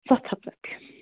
ستھ ہتھ رۄپیہِ